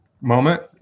moment